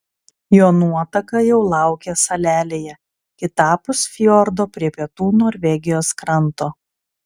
jo nuotaka jau laukė salelėje kitapus fjordo prie pietų norvegijos kranto